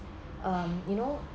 um you know